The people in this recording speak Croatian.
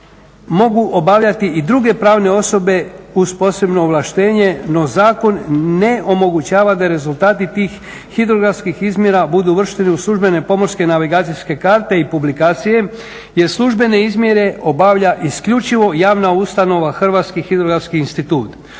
mogu obavljati i druge pravne osobe uz posebno ovlaštenje no zakon ne omogućava da rezultati tih hidrografskih izmjera budu uvršteni u službene pomorske i navigacijske karate i publikacije. Jer službene izmjere obavlja isključivo javna ustanova Hrvatski hidrografski institut.